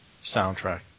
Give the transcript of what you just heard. soundtrack